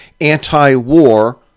anti-war